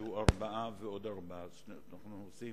כבוד השר, אנחנו עושים